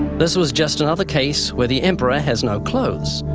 this was just another case where the emperor has no clothes.